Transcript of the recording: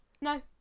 no